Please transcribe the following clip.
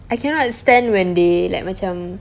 I cannot understand when they like macam